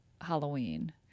Halloween